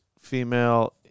female